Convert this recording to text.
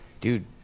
dude